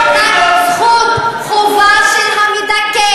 לא רק זכות, חובה של המדכא